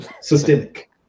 systemic